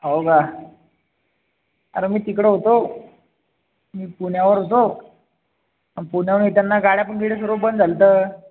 हो का अरे मी तिकडे होतो मी पुण्यावर होतो आणि पुण्यावरुन येताना गाड्या पण बिड्या सर्व बंद झालं होतं